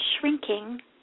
shrinking